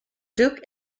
duke